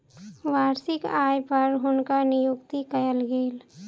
वार्षिक आय पर हुनकर नियुक्ति कयल गेल